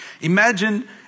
Imagine